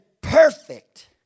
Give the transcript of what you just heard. perfect